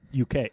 UK